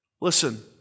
Listen